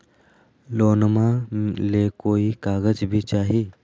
लोनमा ले कोई कागज भी चाही?